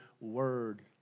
word